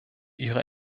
ihre